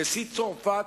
נשיא צרפת,